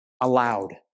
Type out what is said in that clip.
allowed